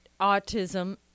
autism